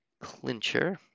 Clincher